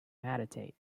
meditate